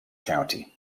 county